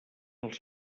els